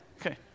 Okay